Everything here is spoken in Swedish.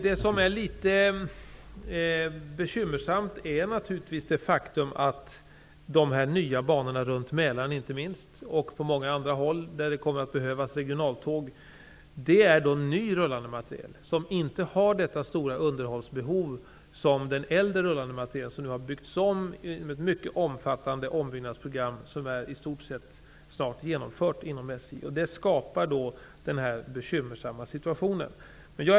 Det bekymmersamma är naturligtvis det faktum att det på de nya banorna -- inte minst runt Mälaren men även på många andra håll, där det kommer att behövas regionala tåg -- är ny rullande materiel som inte har samma stora underhållsbehov som den äldre rullande materiel som nu byggs om i ett mycket omfattande ombyggnadsprogram. Det programmet är i stort sett snart genomfört inom SJ. Det skapar den bekymmersamma situationen i dag.